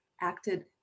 acted